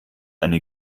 eine